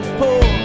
poor